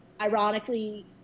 ironically